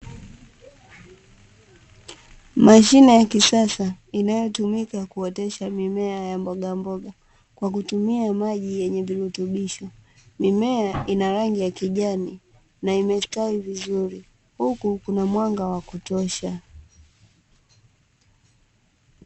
Mashine ya kisasa inayotumika kuotesha mimea ya mboga mboga kwa kutumia maji yenye virutubisho, mimea inarangi ya kijani na imestawi vizuri, huku kunamwanga wa kutosha.